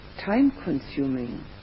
time-consuming